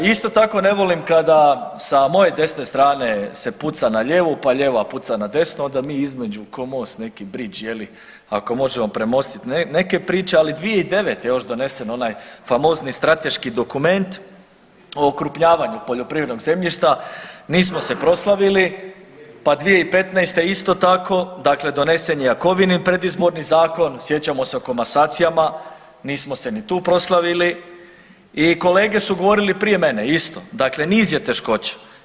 Isto tako ne volim kada sa moje desne strane se puca na lijevu, pa lijeva puca na desnu onda mi između ko most neki bridge je li ako možemo premostit neke priče, ali 2009. je još donesen onaj famozni strateški dokument o okrupnjavanju poljoprivrednog zemljišta, nismo se proslavili, pa 2015. isto tako, dakle donesen je Jakovinin predizborni zakon, sjećamo se o komasacijama, nismo se ni tu proslavili i kolege su govorili prije mene isto dakle niz je teškoća.